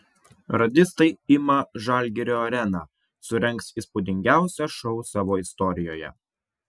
radistai ima žalgirio areną surengs įspūdingiausią šou savo istorijoje